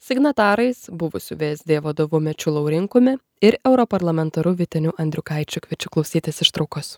signatarais buvusiu vsd vadovu mečiu laurinkumi ir europarlamentaru vyteniu andriukaičiu kviečia klausytis ištraukos